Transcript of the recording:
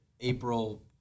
April